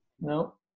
no